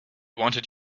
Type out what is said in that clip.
wanted